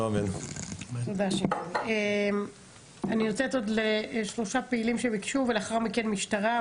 אני נותנת לעוד שלושה פעילים שביקשו ולאחר מכן המשטרה.